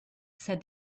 said